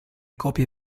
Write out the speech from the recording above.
copie